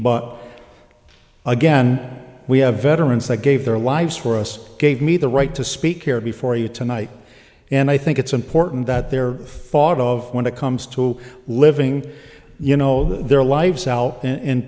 but again we have veterans that gave their lives for us gave me the right to speak here before you tonight and i think it's important that their thought of when it comes to living you know their lives out in